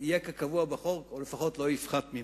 יהיה כקבוע בחוק או לפחות לא יפחת ממנו.